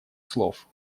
слов